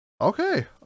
Okay